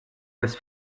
was